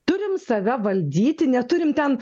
turim save valdyti neturim ten